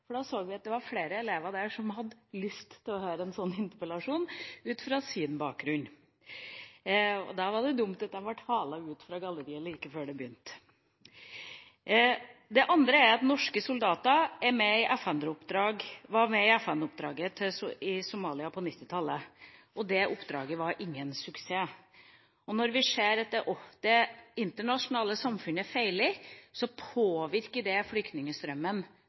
hadde lyst til å høre en slik interpellasjon, ut fra sin bakgrunn. Da var det dumt at de ble halt ut fra galleriet like før den begynte. Det andre er at norske soldater var med i FN-oppdraget i Somalia på 1990-tallet. Det oppdraget var ingen suksess, og når vi ser at det internasjonale samfunnet feiler, påvirker det flyktningstrømmen